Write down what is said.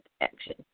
action